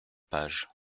page